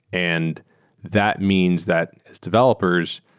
and that means that, as developers,